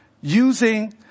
using